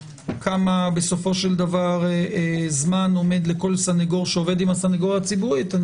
כמה זמן עומד לכל סנגור שעובד עם הסנגוריה הציבורית אני